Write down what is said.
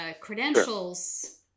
credentials